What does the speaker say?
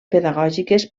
pedagògiques